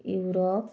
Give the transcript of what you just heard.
Europe